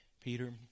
Peter